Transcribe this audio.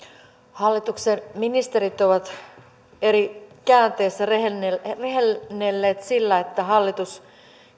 hallituksen ministerit ovat eri käänteissä rehennelleet rehennelleet sillä että hallitus